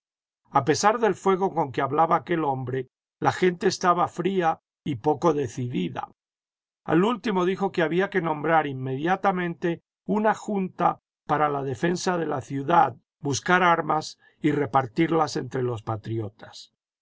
a pesar del fuego con que hablaba aquel hombre la gente estaba fría y poco decidida al último dijo que había que nombrar inmediatamente una junta para la defensa de la ciudad buscar armas y repartirlas entre los patriotas